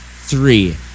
three